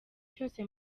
cyose